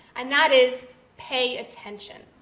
and that is pay attention.